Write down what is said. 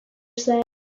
said